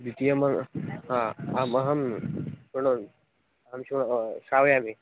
द्वितीयम् आम् अहं शृणोमि अहं शो श्रावयामि